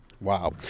Wow